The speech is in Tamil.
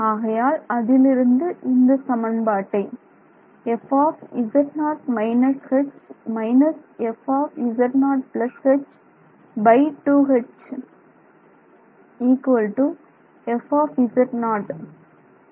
ஆகையால் அதில் இருந்து இந்த சமன்பாட்டை நாம் பெறுகிறோம்